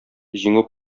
җиңү